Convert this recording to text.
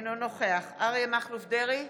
אינו נוכח אריה מכלוף דרעי,